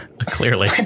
Clearly